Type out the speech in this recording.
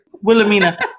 Wilhelmina